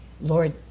Lord